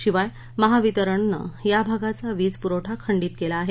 शिवाय महावितरणनं या भागाचा वीज पुरवठा खंडीत केला आहे